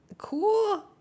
Cool